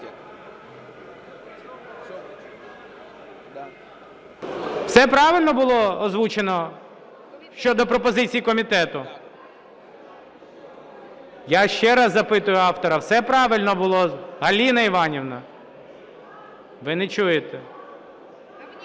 Все правильно було озвучено щодо пропозицій комітету? Я ще раз запитую автора: все правильно було… Галина Іванівна, ви не чуєте.